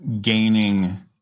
gaining